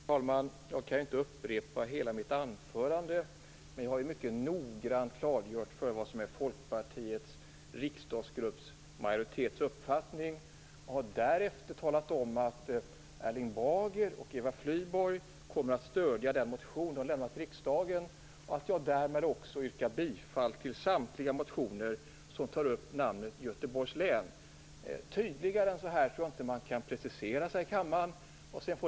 Herr talman! Jag kan inte upprepa hela mitt anförande, men jag har mycket noggrant klargjort den uppfattning som majoriteten i Folkpartiets riksdagsgrupp har. Jag har därefter talat om att jag och Eva Flyborg kommer att stödja den motion som vi väckt i riksdagen och att jag yrkar bifall till samtliga motioner som förordar namnet Göteborgs län. Jag tror inte att man tydligare än så kan precisera sig i kammaren.